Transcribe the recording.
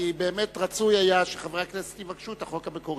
באמת רצוי היה שחברי הכנסת יבקשו את החוק המקורי.